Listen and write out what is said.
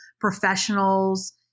professionals